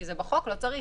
כי זה בחוק לא צריך.